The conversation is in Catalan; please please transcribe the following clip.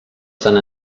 sant